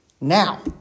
now